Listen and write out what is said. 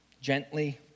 gently